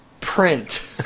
print